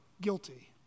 guilty